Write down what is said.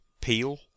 peel